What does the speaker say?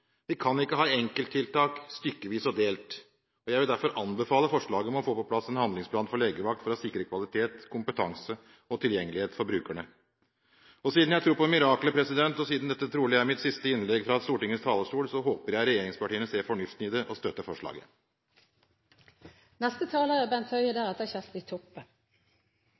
Vi kan ikke ha enkelttiltak, stykkevis og delt. Jeg vil derfor anbefale forslaget om å få på plass en behandlingsplan for legevakt for å sikre kvalitet, kompetanse og tilgjengelighet for brukerne. Siden jeg tror på mirakler, og siden dette trolig er mitt siste innlegg fra Stortingets talerstol, håper jeg regjeringspartiene ser fornuften i det